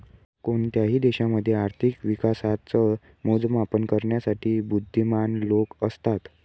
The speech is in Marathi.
कोणत्याही देशामध्ये आर्थिक विकासाच मोजमाप करण्यासाठी बुध्दीमान लोक असतात